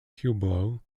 pueblo